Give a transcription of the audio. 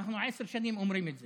אנחנו עשר שנים אומרים את זה.